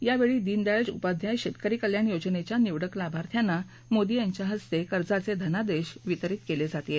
यावेळी दीन दयाळ उपाध्याय शेतकरी कल्याण योजनेच्या निवडक लाभार्थ्यांना मोदी यांच्या हस्ते कर्जाचे धनादेश वितरीत केले जातील